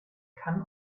kann